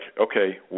okay